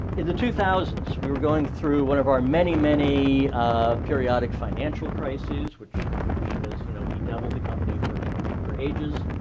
in the two thousand s, were going through one of our many, many periodic financial crises which which has, you know, bedeviled the company for for ages.